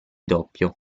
doppio